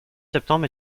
septembre